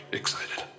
excited